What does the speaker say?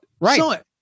Right